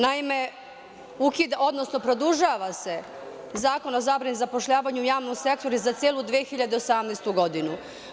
Naime, produžava se Zakon o zabrani zapošljavanja u javnom sektoru za celu 2018. godinu.